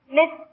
Miss